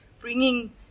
bringing